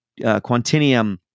Quantinium